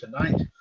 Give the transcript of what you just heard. tonight